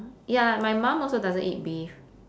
ya my mum also doesn't eat beef